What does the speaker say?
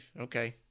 okay